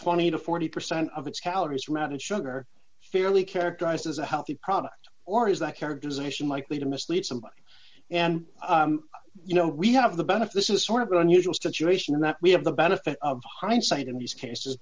twenty to forty percent of its calories routed sugar fairly characterized as a healthy product or is that characterization likely to mislead somebody and you know we have the benefice is sort of the unusual situation in that we have the benefit of hindsight in these cases